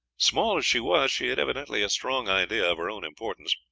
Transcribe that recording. small as she was, she had evidently a strong idea of her own importance,